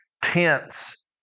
tense